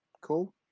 cool